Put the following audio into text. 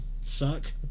suck